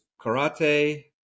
karate